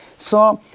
so,